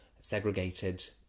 segregated